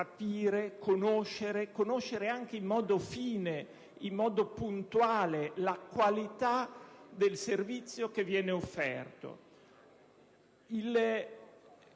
sapere, capire e conoscere, anche in modo fine e puntuale, la qualità del servizio che viene offerto.